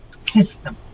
system